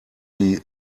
die